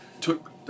took